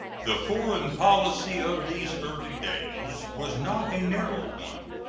the foreign policy of these early days was not a narrow one.